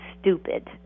stupid